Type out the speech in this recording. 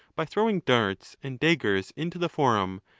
by throwing darts and daggers into the forum,